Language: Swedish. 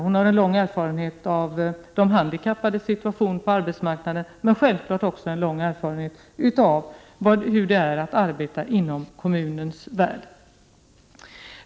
Hon har lång erfarenhet av de handikappades situation på arbetsmarknaden, men självfallet också en lång erfarenhet av hur det är att arbeta inom kommunens värld.